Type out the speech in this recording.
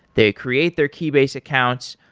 they create their keybase accounts,